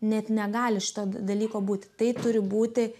net negali šito dalyko būti tai turi būti